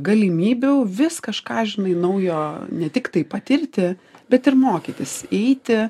galimybių vis kažką žinai naujo ne tik tai patirti bet ir mokytis eiti